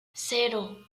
cero